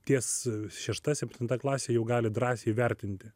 ties šešta septinta klase jau gali drąsiai vertinti